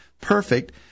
perfect